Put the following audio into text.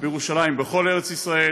בירושלים, בכל ארץ ישראל.